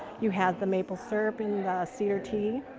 you have the maple syrup in the cedar tea.